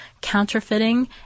counterfeiting